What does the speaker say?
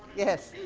yes.